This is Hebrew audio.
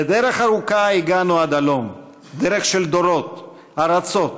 בדרך ארוכה הגענו עד הלום, דרך של דורות, ארצות,